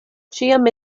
ĉiam